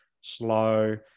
slow